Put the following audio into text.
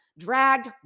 dragged